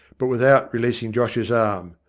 but without releasing josh's arm.